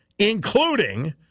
Including